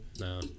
No